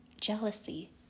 jealousy